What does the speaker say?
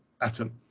atom